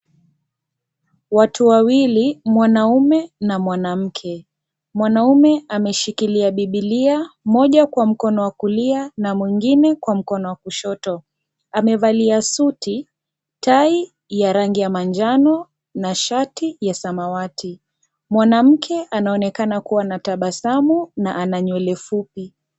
Watu wawili, mwanaume na mwanamke. Mwanaume ameshikilia bibilia, moja kwa mkono wa kulia na mwingine kwa mkono wa kushoto. Amevalia suti, tai ya rangi ya manjano na shati ya samawati. Mwanamke anaonekana kuwa na tabasamu na ana nywele fupi.